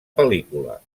pel·lícula